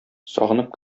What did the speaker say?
сагынып